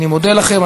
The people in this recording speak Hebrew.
אני מודה לכם.